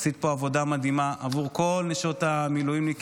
עשית פה עבודה מדהימה עבור כל נשות המילואימניקים,